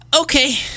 Okay